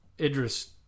Idris